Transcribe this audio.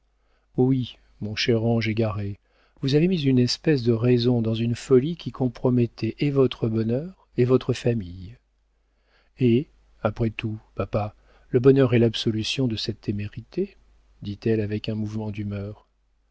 oui mon cher ange égaré vous avez mis une espèce de raison dans une folie qui compromettait et votre bonheur et votre famille eh après tout papa le bonheur est l'absolution de cette témérité dit-elle avec un mouvement d'humeur